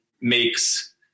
makes